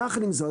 יחד עם זאת,